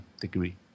degree